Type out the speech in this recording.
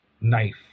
knife